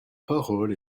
parole